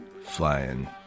flying